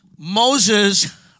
Moses